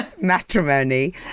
matrimony